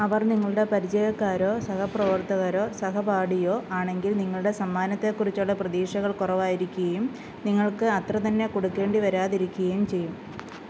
അവർ നിങ്ങളുടെ പരിചയക്കാരോ സഹപ്രവർത്തകരോ സഹപാഠിയോ ആണെങ്കിൽ നിങ്ങളുടെ സമ്മാനത്തെക്കുറിച്ചുള്ള പ്രതീക്ഷകൾ കുറവായിരിക്കുകയും നിങ്ങൾക്ക് അത്ര തന്നെ കൊടുക്കേണ്ടി വരാതിരിക്കുകയും ചെയ്യും